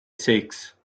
sechs